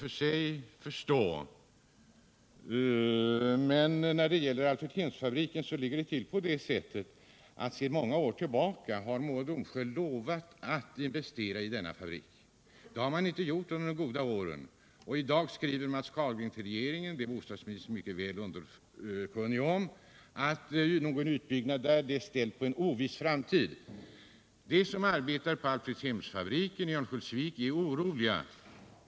Den här fabriken har sedan många år tillbaka Mo och Domsjö lovat att investera i. Det har man inte gjort under de goda åren, och nu skriver företagschefen Matts Carlgren till regeringen — det är bostadsministern mycket väl underkunnig om -— att en utbyggnad där är ställd på en oviss framtid. De som arbetar på Alfredshemfabriken i Örnsköldsvik är oroliga.